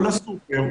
לצעוק בשבילם,